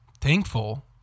thankful